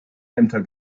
ämter